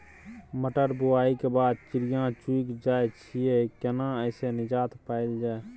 मटर बुआई के बाद चिड़िया चुइग जाय छियै केना ऐसे निजात पायल जाय?